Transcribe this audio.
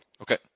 Okay